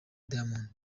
diamond